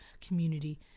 community